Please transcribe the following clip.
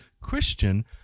Christian